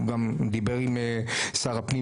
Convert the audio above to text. גם דיבר עם שר הפנים